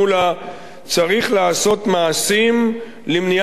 צריך לעשות מעשים למניעת הסתננות.